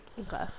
Okay